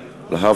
ואחריו,